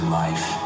life